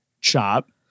chop